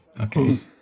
Okay